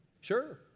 Sure